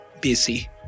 busy